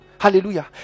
Hallelujah